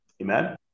amen